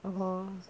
oh